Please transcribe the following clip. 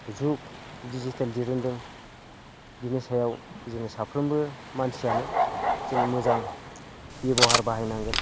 जुग डिजिटेल दिरुन्दों बिनि सायाव जों साफ्रोमबो मानसियानो जोङो मोजां बेबहार बाहायनांगोन